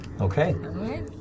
Okay